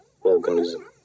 organism